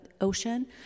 ocean